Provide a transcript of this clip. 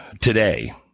today